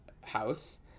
house